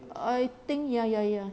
I think ya ya ya